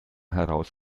heraus